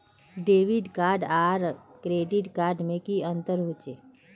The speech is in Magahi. डेबिट कार्ड आर क्रेडिट कार्ड में की अंतर होचे?